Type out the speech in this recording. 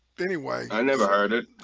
anyway, i never heard it.